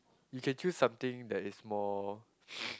you can choose something that is more